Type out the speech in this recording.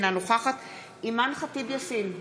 אינה נוכחת אימאן ח'טיב יאסין,